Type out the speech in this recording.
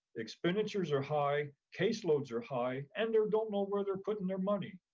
expenditures are high, case loads are high, and they're don't know where they're putting their money.